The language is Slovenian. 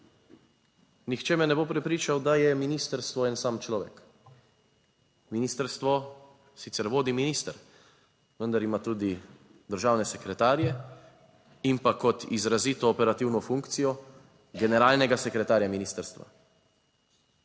Nihče me ne bo prepričal, da je ministrstvo en sam človek. Ministrstvo sicer vodi minister, vendar ima tudi državne sekretarje in pa kot izrazito operativno funkcijo generalnega sekretarja ministrstva.